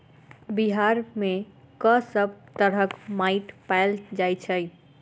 बिहार मे कऽ सब तरहक माटि पैल जाय छै?